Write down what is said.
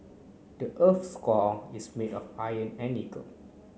the earth's core is made of iron and nickel